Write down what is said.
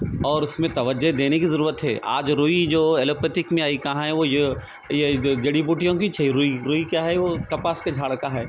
اور اس میں توجہ دینے کی ضرورت ہے آج روئی جو ایلوپیتھک میں آئی کہاں ہے وہ یہ جو جڑی بوٹیوں کی چھ روئی روئی کیا ہے وہ کپاس کے جھاڑ کا ہے